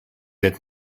êtes